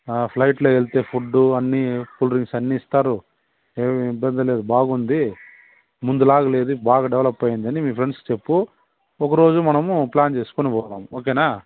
ఆ ఫ్లైట్లో వెళ్తే ఫుడ్ అన్ని కూల్డ్రింక్స్ అన్ని ఇస్తారు ఏం ఇబ్బంది లేదు బాగుంది ముందు లాగా లేదు బాగా డెవలప్ అయ్యిందని మీ ఫ్రెండ్సకి చెప్పు ఒక రోజు మనము ప్లాన్ చేసుకుని పోదాం ఒకేనా